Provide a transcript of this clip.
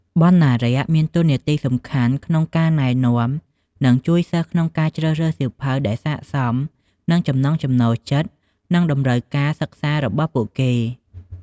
បណ្ណារក្សមានតួនាទីសំខាន់ក្នុងការណែនាំ និងជួយសិស្សក្នុងការជ្រើសរើសសៀវភៅដែលស័ក្តិសមនឹងចំណង់ចំណូលចិត្ត និងតម្រូវការសិក្សារបស់ពួកគេ។